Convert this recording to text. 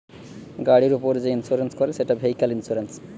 গাড়ির উপর যে ইন্সুরেন্স করে সেটা ভেহিক্যাল ইন্সুরেন্স